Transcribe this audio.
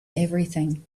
everything